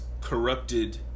corrupted